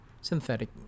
synthetic